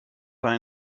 war